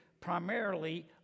primarily